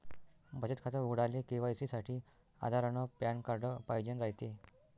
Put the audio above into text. बचत खातं उघडाले के.वाय.सी साठी आधार अन पॅन कार्ड पाइजेन रायते